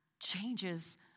changes